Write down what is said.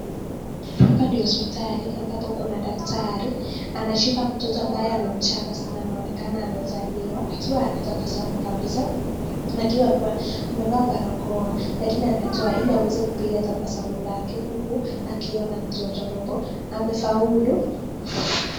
Hapa ni hosipitali ambapo kuna daktari. Anashika mtoto ambaye ni mchanga na anaonekana amezaliwa akiwa anatabasamu kabisa akiwa kwa amevaa barakoa lakini ametoa ili aweze kupiga tabasamu lake huku akiwa na mtoto ambapo amefaulu.